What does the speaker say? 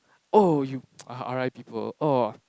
oh you ah r_i people oh